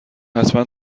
حتما